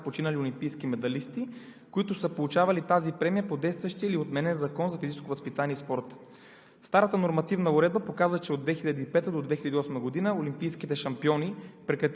Към момента в § 6 е регламентирано правото на пожизнена месечна премия на ненавършилите пълнолетие деца на починали олимпийски медалисти, които са получавали тази премия по действащия или отменен Закон за физическото възпитание и спорта.